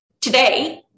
Today